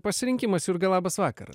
pasirinkimas jurga labas vakaras